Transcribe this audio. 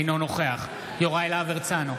אינו נוכח יוראי להב הרצנו,